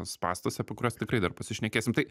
spąstuose apie kuriuos tikrai dar pasišnekėsim tai